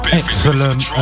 excellent